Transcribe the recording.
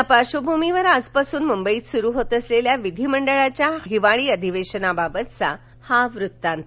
या पार्शभुमीवर आजपासून मुंबईत सुरू होत असलेल्या विधिमंडळाच्या हिवाळी अधिवेशनाबाबतचा हा वृत्तात